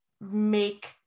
make